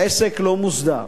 העסק לא מוסדר,